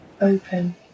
open